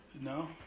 No